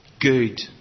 good